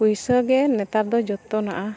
ᱯᱚᱭᱥᱟᱜᱮ ᱱᱮᱛᱟᱨ ᱫᱚ ᱡᱷᱚᱛᱚᱱᱟᱜᱼᱟ